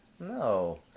No